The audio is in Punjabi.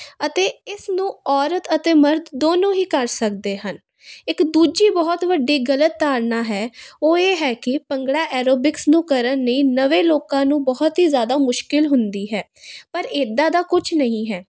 ਅਤੇ ਇਸ ਨੂੰ ਔਰਤ ਅਤੇ ਮਰਦ ਦੋਨੋਂ ਹੀ ਕਰ ਸਕਦੇ ਹਨ ਇੱਕ ਦੂਜੀ ਬਹੁਤ ਵੱਡੀ ਗਲਤ ਧਾਰਨਾ ਹੈ ਉਹ ਇਹ ਹੈ ਕਿ ਭੰਗੜਾ ਐਰੋਬਿਕਸ ਨੂੰ ਕਰਨ ਲਈ ਨਵੇਂ ਲੋਕਾਂ ਨੂੰ ਬਹੁਤ ਹੀ ਜ਼ਿਆਦਾ ਮੁਸ਼ਕਿਲ ਹੁੰਦੀ ਹੈ ਪਰ ਇੱਦਾਂ ਦਾ ਕੁਝ ਨਹੀਂ ਹੈ